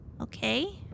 Okay